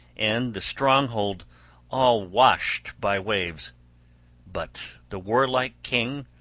and the stronghold all washed by waves but the warlike king,